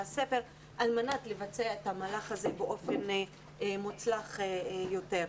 הספר על מנת לבצע את המהלך הזה באופן מוצלח יותר.